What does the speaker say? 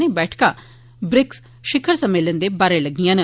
एह् बैठकां ब्रिक्स शिखर सम्मेलन दे बाहरें लग्गियां न